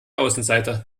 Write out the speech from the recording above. außenseiter